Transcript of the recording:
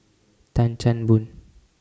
Tan Chan Boon